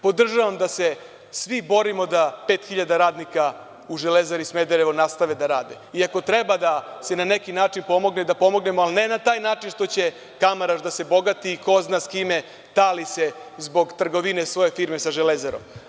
Podržavam da se svi borimo da pet hiljada radnika u „Železari Smederevo“ nastave da rade i ako treba da se na neki način pomogne da pomognemo, ali ne na taj način što će Kamaraš da se bogati i ko zna sa kime tali zbog trgovine svoje firme sa „Železarom“